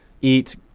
eat